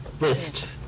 list